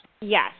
Yes